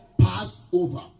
Passover